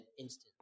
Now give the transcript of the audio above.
instant